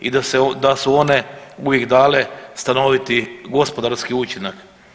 I da su one uvijek dale stanoviti gospodarski učinak.